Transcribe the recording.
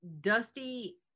dusty